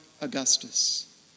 Augustus